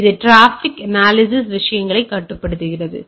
எனவே இது traffic analysis விஷயங்களை கட்டுப்படுத்துகிறது